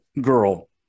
girl